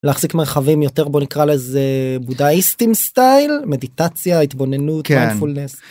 להחזיק מרחבים יותר בוא נקרא לזה בודהיסטים סטייל מדיטציה התבוננות.